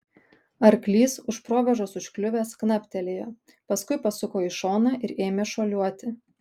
arklys už provėžos užkliuvęs knaptelėjo paskui pasuko į šoną ir ėmę šuoliuoti